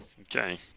okay